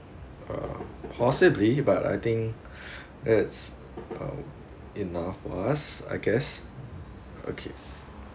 uh possibly but I think it's uh enough for us I guess okay